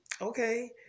okay